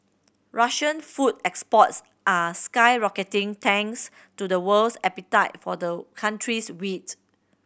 Russian food exports are skyrocketing thanks to the world's appetite for the country's wheat